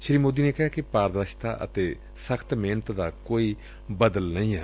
ਸ੍ਰੀ ਮੋਦੀ ਨੇ ਕਿਹਾ ਕਿ ਪਾਰਦਰਸਤਾ ਅਤੇ ਸਖ਼ਤ ਮਿਹਨਤ ਦਾ ਕੋਈ ਬਦਲ ਨਹੀ ਏ